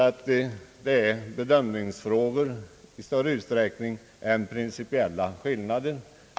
Jag tror att det här mera rör sig om en bedömningsfråga än om en principiell skillnad.